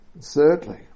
thirdly